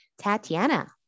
Tatiana